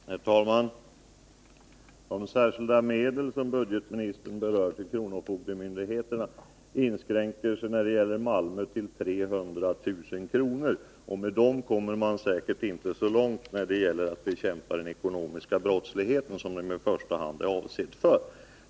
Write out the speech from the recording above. Herr talman! De särskilda medel till kronofogdemyndigheterna som budgetministern berör inskränker sig för Malmö till 300 000 kr. Med den summan kommer man säkert inte långt när det gäller att bekämpa den ekonomiska brottsligheten, som pengarna i första hand är avsedda för.